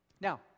Now